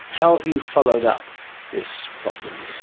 how have you followed up this problem?